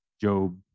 Job